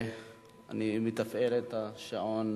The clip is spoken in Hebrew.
אני מפעיל את השעון.